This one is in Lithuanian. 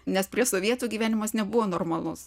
nes prie sovietų gyvenimas nebuvo normalus